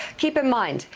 keep in mind,